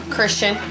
Christian